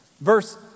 Verse